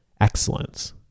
excellence